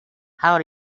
how